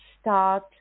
start